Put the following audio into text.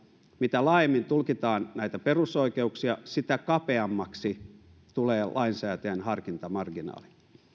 mitä laajemmin tulkitaan näitä perusoikeuksia sitä kapeammaksi tulee lainsäätäjän harkintamarginaali